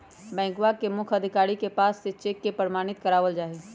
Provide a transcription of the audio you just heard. बैंकवा के मुख्य अधिकारी के पास से चेक के प्रमाणित करवावल जाहई